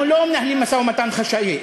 אנחנו לא מנהלים משא-ומתן חשאי.